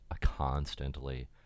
constantly